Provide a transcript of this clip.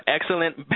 excellent